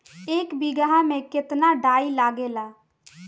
एक बिगहा में केतना डाई लागेला?